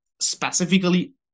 specifically